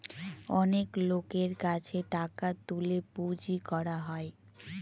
অনেক লোকের কাছে টাকা তুলে পুঁজি করা হয়